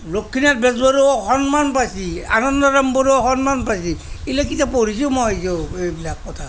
লক্ষ্মীনাথ বেজবৰুৱাইয়ো সন্মান পাইছিল আনন্দৰাম বৰুৱাই সন্মান পাইছিল এইবিলাক কিতাপ পঢ়িছোঁ মই দিয়ক মই এইবিলাক কথা